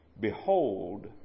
Behold